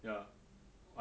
ya